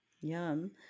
Yum